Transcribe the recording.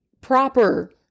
proper